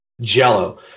jello